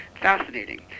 fascinating